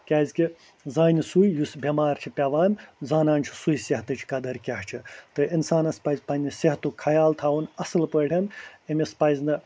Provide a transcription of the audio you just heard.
کیٛازِکہِ زانہِ سُے یُس بٮ۪مار چھِ پٮ۪وان زانان چھِ سُے صحتٕچ قدر کیٛاہ چھِ تہٕ اِنسانَس پَزِ پَنٛنہِ صحتُک خیال تھاوُن اَصٕل پٲٹھۍ أمِس پَزِ نہٕ